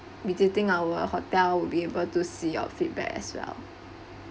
visiting our hotel would be able to see your feedback as well